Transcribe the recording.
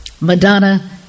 Madonna